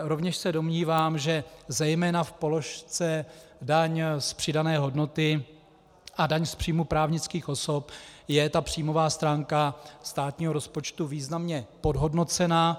Rovněž se domnívám, že zejména v položce daň z přidané hodnoty a daň z příjmu právnických osob je příjmová stránka státního rozpočtu významně podhodnocena.